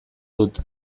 dut